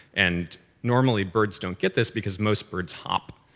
and normally, birds don't get this because most birds hop.